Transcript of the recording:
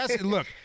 look